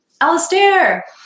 Alistair